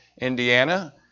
Indiana